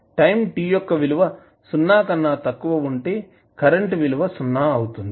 time t యొక్క విలువ సున్నా కన్నా తక్కువ ఉంటే కరెంటు విలువ సున్నా అవుతుంది